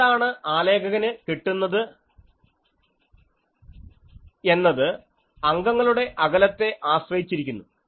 എന്താണ് ആലേഖന് കിട്ടുന്നത് എന്നത് അംഗങ്ങളുടെ അകലത്തെ ആശ്രയിച്ചിരിക്കുന്നു